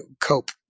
cope